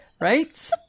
Right